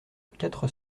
quatre